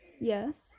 Yes